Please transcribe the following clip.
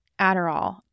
Adderall